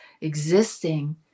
existing